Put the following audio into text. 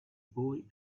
boy